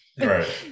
right